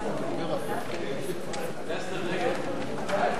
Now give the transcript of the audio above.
ההצעה להסיר מסדר-היום